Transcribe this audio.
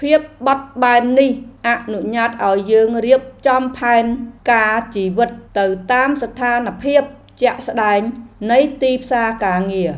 ភាពបត់បែននេះអនុញ្ញាតឱ្យយើងរៀបចំផែនការជីវិតទៅតាមស្ថានភាពជាក់ស្តែងនៃទីផ្សារការងារ។